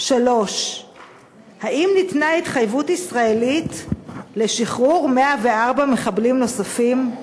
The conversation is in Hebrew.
3. האם ניתנה התחייבות ישראלית לשחרור 104 מחבלים נוספים?